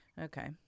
Okay